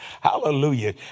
Hallelujah